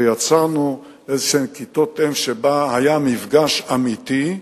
ויצרנו כיתות-אם שבהן היה מפגש אמיתי.